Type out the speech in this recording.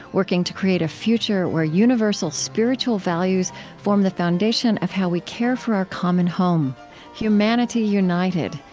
working to create a future where universal spiritual values form the foundation of how we care for our common home humanity united,